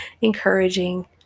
encouraging